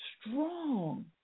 strong